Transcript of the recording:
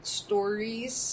stories